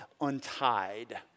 untied